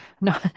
no